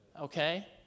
okay